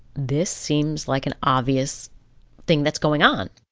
this seems like an obvious thing that's going on.